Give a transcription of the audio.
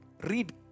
Read